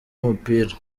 w’umupira